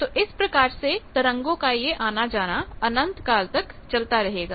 तो इस प्रकार से तरंगों का यह आना जाना अनंत काल तक चलता रहेगा